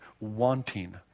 wanting